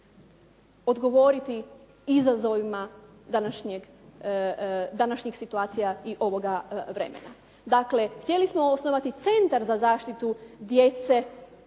odgovoriti izazovima današnjih situacija i ovoga vremena. Dakle, htjeli smo osnovati centar za zaštitu djece